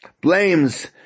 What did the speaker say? blames